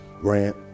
Grant